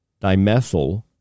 dimethyl